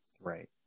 Right